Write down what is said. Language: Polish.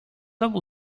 obu